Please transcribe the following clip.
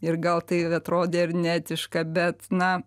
ir gal tai ir atrodė ir neetiška bet na